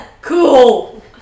Cool